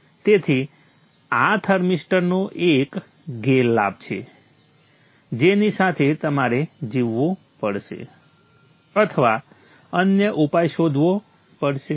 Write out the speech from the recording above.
તેથી આ થર્મિસ્ટરનો એક ગેરલાભ છે જેની સાથે તમારે જીવવું પડશે અથવા અન્ય ઉપાય શોધવો પડશે